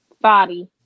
body